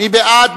מי בעד?